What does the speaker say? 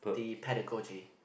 the pedagogy